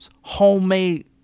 homemade